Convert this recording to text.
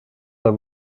pas